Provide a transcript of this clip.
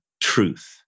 truth